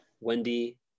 Wendy